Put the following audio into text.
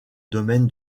domaine